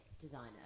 designer